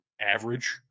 average